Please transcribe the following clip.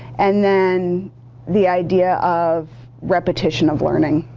and then the idea of repetition of learning.